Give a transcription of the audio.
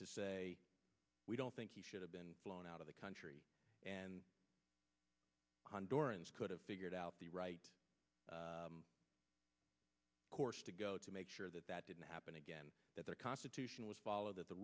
to say we don't think he should have been blown out of the country and hondurans could have figured out the right course to go to make sure that that didn't happen again that the constitution was followed that the